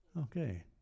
Okay